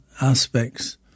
aspects